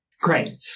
Great